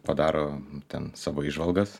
padaro ten savo įžvalgas